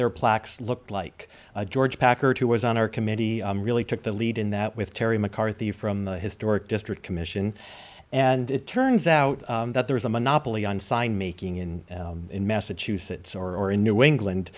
their plaques looked like george packer two was on our committee really took the lead in that with terry mccarthy from the historic district commission and it turns out that there is a monopoly on sign making in in massachusetts or in new england